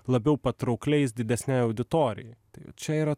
labiau patraukliais didesnei auditorijai tai čia yra